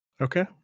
Okay